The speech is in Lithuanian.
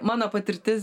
mano patirtis